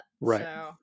right